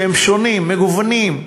שהם שונים, מגוונים,